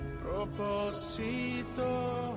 propósito